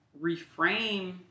reframe